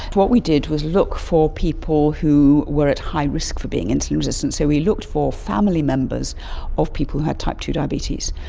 what we did was look for people who were at high risk for being insulin resistant. so we looked for family members of people who had type two diabetes.